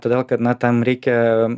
todėl kad na tam reikia